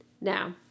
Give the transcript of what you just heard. now